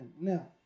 now